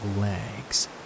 legs